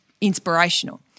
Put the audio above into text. inspirational